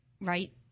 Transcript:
right